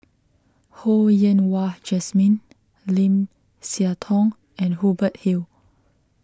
Ho Yen Wah Jesmine Lim Siah Tong and Hubert Hill